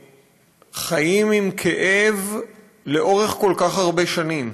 שחיים עם כאב לאורך כל כך הרבה שנים.